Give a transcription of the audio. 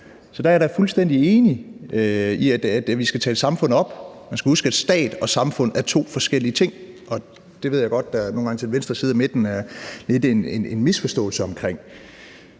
Så der er jeg da fuldstændig enig i, at vi skal tale samfundet op. Man skal huske, at stat og samfund er to forskellige ting, og det ved jeg godt at der nogle gange hos den venstre side af midten lidt er en misforståelse omkring.